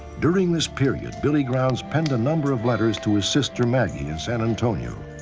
during this period, billy grounds penned a number of letters to his sister maggie, in san antonio.